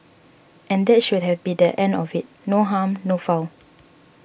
and that should have been the end of it no harm no foul